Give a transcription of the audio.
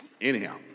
Anyhow